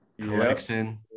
collection